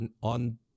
on